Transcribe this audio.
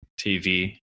TV